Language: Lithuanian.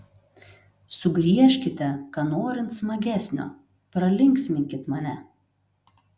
sugriežkite ką norint smagesnio pralinksminkit mane